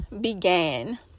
began